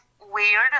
weird